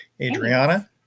Adriana